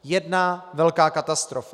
Jedna velká katastrofa!